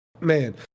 man